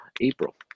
April